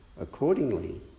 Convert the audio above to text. Accordingly